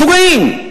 משוגעים,